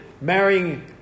marrying